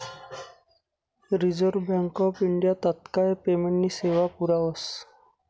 reserve Bank of India तात्काय पेमेंटनी सेवा पुरावस